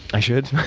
i should?